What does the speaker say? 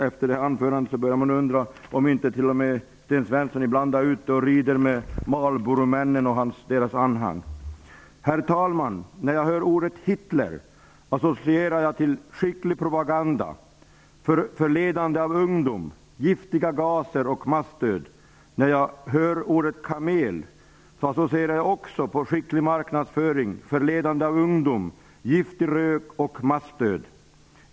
Efter hans anförande börjar man undra om inte t.o.m. Sten Svensson ibland är ute och rider med Marlboromännen och deras anhang. Herr talman! När jag hör ordet Hitler, associerar jag till skicklig propaganda, förledande av ungdom, giftiga gaser och massdöd. När jag hör ordet Camel, associerar jag också till skicklig marknadsföring, förledande av ungdom, giftig rök och massdöd.